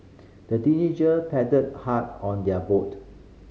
the teenager paddled hard on their boat